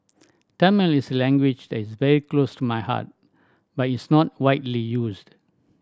Tamil is a language that is very close to my heart but it's not widely used